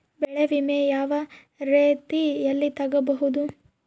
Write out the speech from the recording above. ಬೆಳೆ ವಿಮೆ ಯಾವ ರೇತಿಯಲ್ಲಿ ತಗಬಹುದು?